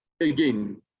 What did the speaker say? again